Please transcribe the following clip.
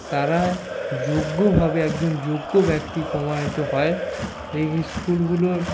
তারা যোগ্যভাবে একজন যোগ্য ব্যক্তি প্রমাণিত হয় এই স্কুলগুলোর